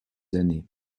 années